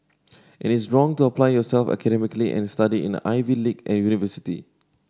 it is wrong to apply yourself academically and study in an Ivy league university